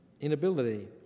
inability